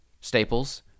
Staples